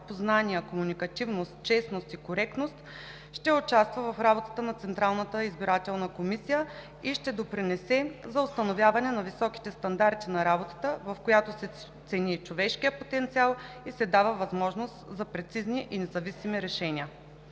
познания, комуникативност, честност и коректност ще участва в работата на Централната избирателна комисия и ще допринесе за установяване на високите стандарти на работата, в която се цени човешкият потенциал и се дава възможност за прецизни и независими решения.